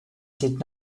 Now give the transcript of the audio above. did